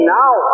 now